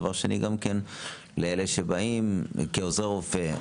דבר שני גם לאלה שבאים כעוזר רופא,